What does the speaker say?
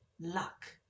luck